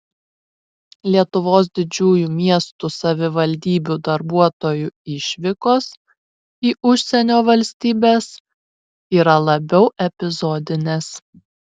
lietuvos didžiųjų miestų savivaldybių darbuotojų išvykos į užsienio valstybes yra labiau epizodinės